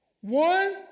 One